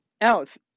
else